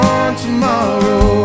Tomorrow